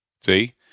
See